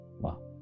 Wow